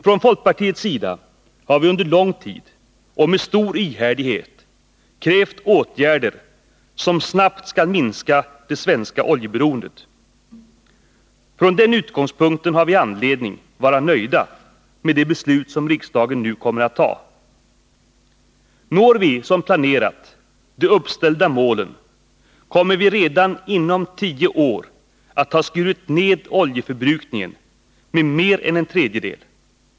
Från folkpartiets sida har vi under lång tid och med stor ihärdighet krävt åtgärder som snabbt skall minska det svenska oljeberoendet. Från den utgångspunkten har vi anledning att vara nöjda med det beslut som riksdagen nu kommer att fatta. Når vi som planerat de uppställda målen, kommer vi redan inom tio år att ha skurit ned oljeförbrukningen med mer än en tredjedel.